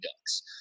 Ducks